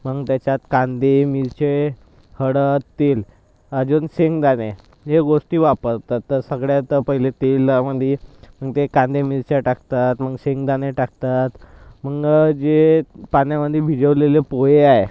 मग त्याच्यात कांदे मिरचे हळद तेल अजून शेंगदाणे हे गोष्टी वापरतात तर सगळ्यात पहिले तेलामध्ये मग ते कांदे मिरच्या टाकतात मग शेंगदाणे टाकतात मग जे पाण्यामध्ये भिजवलेले पोहे आहे